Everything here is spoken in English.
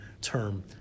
term